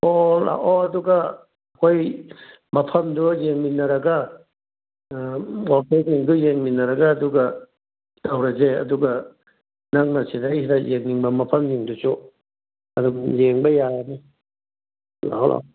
ꯑꯣ ꯂꯥꯛꯑꯣ ꯑꯗꯨꯒ ꯍꯣꯏ ꯃꯐꯝꯗꯣ ꯌꯦꯡꯃꯤꯟꯅꯔꯒ ꯃꯐꯝꯁꯤꯡꯗꯣ ꯌꯦꯡꯃꯤꯟꯅꯔꯒ ꯑꯗꯨꯒ ꯇꯧꯔꯁꯦ ꯑꯗꯨꯒ ꯅꯪꯅ ꯁꯤꯗꯩꯁꯤꯗ ꯌꯦꯡꯅꯤꯡꯕ ꯃꯐꯝꯁꯤꯡꯗꯨꯁꯨ ꯑꯗꯨꯝ ꯌꯦꯡꯕ ꯌꯥꯔꯅꯤ ꯂꯥꯛꯑꯣ ꯂꯥꯛꯑꯣ